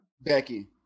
Becky